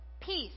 peace